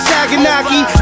Saganaki